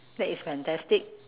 that is fantastic